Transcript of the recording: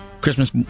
Christmas